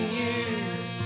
years